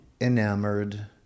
enamored